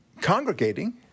congregating